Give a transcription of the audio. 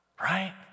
Right